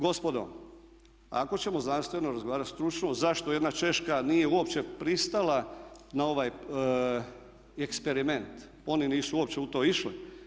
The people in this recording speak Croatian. Gospodo ako ćemo znanstveno razgovarati, stručno zašto jedna Češka nije uopće pristala na ovaj eksperiment, oni nisu uopće u to išli.